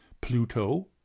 Pluto